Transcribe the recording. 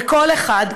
וכל אחד,